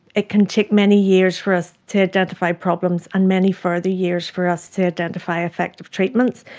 it can take many years for us to identify problems and many further years for us to identify effective treatments.